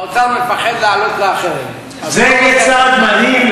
האוצר מפחד להעלות לאחרים, זה יהיה צעד הלוואי.